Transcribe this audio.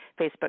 Facebook